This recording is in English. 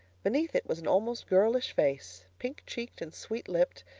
beneath it was an almost girlish face, pink cheeked and sweet lipped,